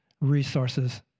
resources